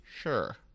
sure